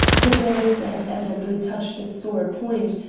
the barrister had evidently touched a sore point,